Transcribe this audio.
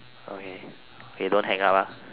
okay okay don't hang out ah